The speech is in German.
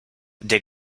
der